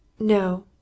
No